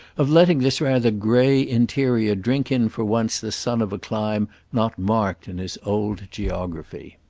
of letting this rather grey interior drink in for once the sun of a clime not marked in his old geography.